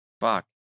Fuck